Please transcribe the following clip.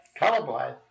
colorblind